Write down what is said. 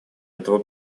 этого